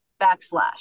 backslash